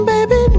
Baby